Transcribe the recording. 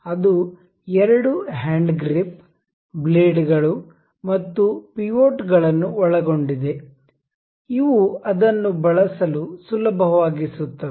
ಅದು ಎರಡು ಹ್ಯಾಂಡ್ಗ್ರಿಪ್ ಬ್ಲೇಡ್ಗಳು ಮತ್ತು ಪಿವೋಟ್ ಗಳನ್ನು ಒಳಗೊಂಡಿದೆ ಇವು ಅದನ್ನು ಬಳಸಲು ಸುಲಭವಾಗಿಸುತ್ತವೆ